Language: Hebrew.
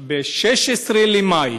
ב-16 במאי,